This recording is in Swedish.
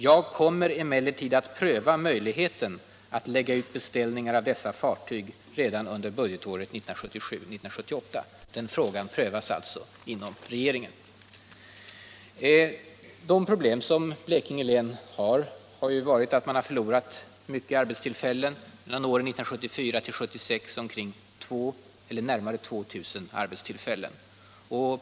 Jag kommer emellertid att pröva möjligheten att lägga ut beställningar av dessa fartyg redan under budgetåret 1977/78.” Den frågan prövas alltså inom regeringen. Ett av de problem man har i Blekinge län är att man mellan åren 1974 och 1976 förlorade närmare 2 000 arbetstillfällen.